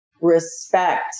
respect